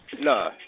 Nah